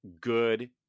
good